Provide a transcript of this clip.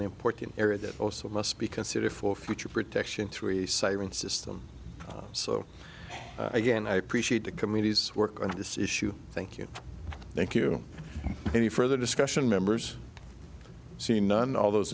important area that also must be considered for future protection three saving system so again i appreciate the committee's work on this issue thank you thank you any further discussion members see none all those